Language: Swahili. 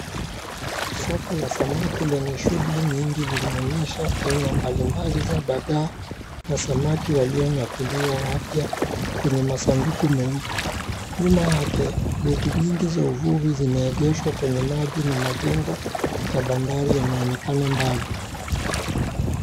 Soko la samaki lenye shughuli nyingi linaonyesha aina mbalimbali za dagaa na samaki walionyakuliwa wapya kwenye masanduku meupe. Nyuma yake boti nyingi za uvuvi zimeegeshwa kwenye maji na majengo ya bandari yanaonekana mbali.